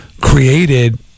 created